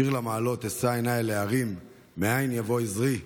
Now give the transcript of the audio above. "שיר למעלות אשא עיני אל ההרים מאין יבא עזרי.